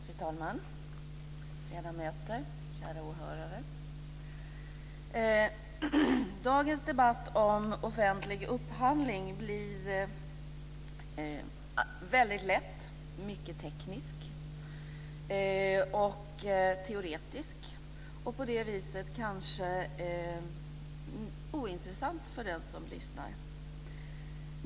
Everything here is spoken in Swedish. Fru talman! Ledamöter och kära åhörare! Dagens debatt om offentlig upphandling blir väldigt lätt mycket teknisk och teoretisk och på det viset kanske ointressant för den som lyssnar.